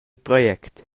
project